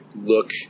look